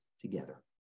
together